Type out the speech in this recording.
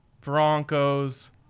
Broncos